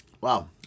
Wow